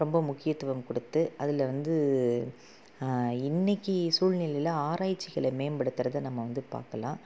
ரொம்ப முக்கியத்துவம் கொடுத்து அதில் வந்து இன்றைக்கி சூழ்நிலையில் ஆராய்ச்சிகளை மேம்படுத்துகிறது நம்ம வந்து பார்க்கலாம்